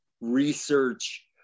research